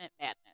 Madness